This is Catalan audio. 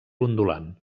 ondulant